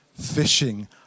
fishing